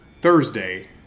Thursday